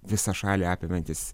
visą šalį apimantys